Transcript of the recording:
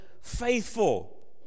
faithful